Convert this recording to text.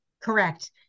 Correct